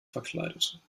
verkleidet